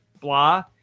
blah